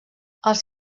els